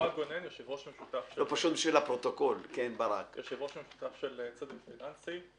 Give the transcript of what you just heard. ברק גונן, יושב-ראש משותף של צדק פיננסי.